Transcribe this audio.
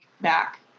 back